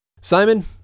Simon